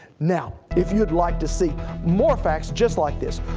now if you would like to see more facts just like this,